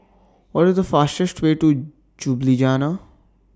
What IS The fastest Way to Ljubljana